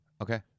okay